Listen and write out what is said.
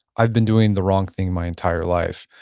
i've been doing the wrong thing my entire life.